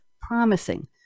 promising